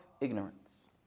ignorance